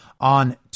on